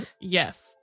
Yes